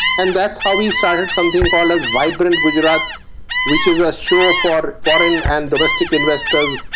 and that's how he started something called vibrant gujarat which is a show ah for ah but foreign and domestic investors.